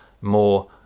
more